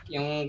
Yung